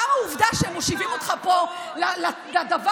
גם העובדה שמושיבים אותך פה לדבר